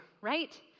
right